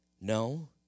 No